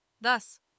Thus